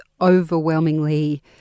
overwhelmingly